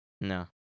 no